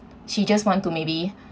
she just want to maybe